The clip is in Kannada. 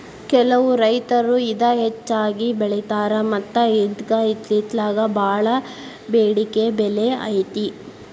ಕೆಲವು ರೈತರು ಇದ ಹೆಚ್ಚಾಗಿ ಬೆಳಿತಾರ ಮತ್ತ ಇದ್ಕ ಇತ್ತಿತ್ತಲಾಗ ಬಾಳ ಬೆಡಿಕೆ ಬೆಲೆ ಐತಿ